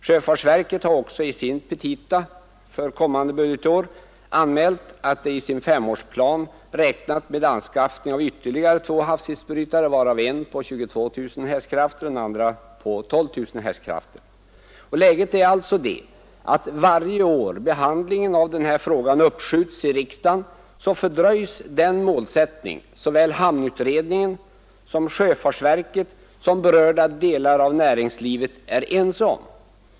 Sjöfartsverket har också i sina petita för kommande budgetår anmält att det i sin femårsplan räknat med anskaffning av ytterligare två havsisbrytare, varav en på 22000 hästkrafter och en på 12 000 hästkrafter. Läget är alltså det, att för varje år behandlingen av den här frågan uppskjuts i riksdagen, så fördröjs realiserandet av den målsättning som såväl hamnutredningen och sjöfartsverket som berörda delar av näringslivet är ense om.